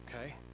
Okay